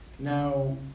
Now